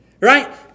right